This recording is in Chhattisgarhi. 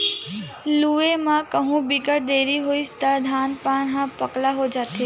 लूए म कहु बिकट देरी होइस त धान पान ह पकला जाथे